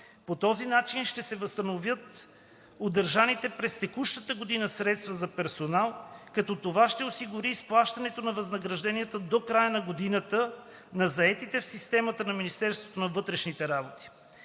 По този начин ще се възстановят удържаните през текущата година средства за персонал, като това ще осигури изплащането на възнагражденията до края на годината на заетите в системата на Министерството на вътрешните работи.